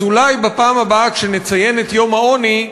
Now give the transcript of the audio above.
אז אולי בפעם הבאה כשנציין את יום העוני,